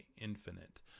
infinite